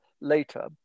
later